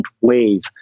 wave